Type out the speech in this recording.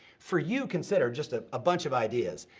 for you, consider, just ah a bunch of ideas,